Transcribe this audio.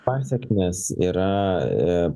pasekmės yra